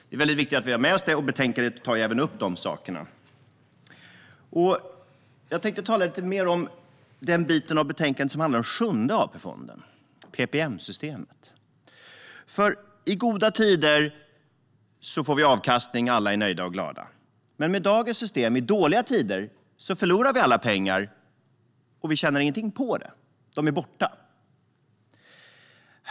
Det är viktigt att vi har med oss det, och betänkandet tar också upp de sakerna. Jag tänkte tala lite mer om den bit av betänkandet som handlar om den sjunde AP-fonden, PPM-systemet. I goda tider får vi avkastning, och alla är nöjda och glada. Men med dagens system i dåliga tider förlorar vi alla pengar, och vi tjänar ingenting på det - de är borta.